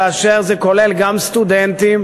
כאשר זה כולל גם סטודנטים,